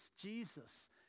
Jesus